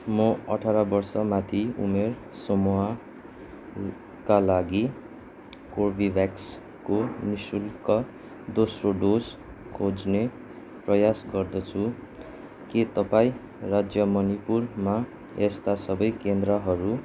म अठार वर्षमाथि उमेर समूहका लागि कर्बेभ्याक्सको नि शुल्क दोस्रो डोज खोज्ने प्रयास गर्दैछु के तपाईँँ राज्य मणिपुरमा त्यस्ता सबै केन्द्रहरू